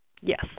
Yes